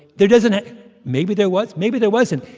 there doesn't maybe there was. maybe there wasn't.